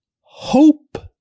hope